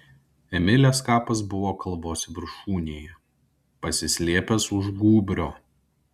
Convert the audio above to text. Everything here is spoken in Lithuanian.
emilės kapas buvo kalvos viršūnėje pasislėpęs už gūbrio